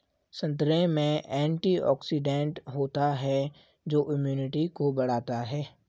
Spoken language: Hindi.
संतरे में एंटीऑक्सीडेंट होता है जो इम्यूनिटी को बढ़ाता है